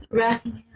racking